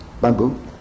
Bamboo